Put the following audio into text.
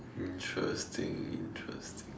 interesting interesting